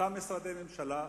אותם משרדי ממשלה,